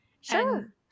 Sure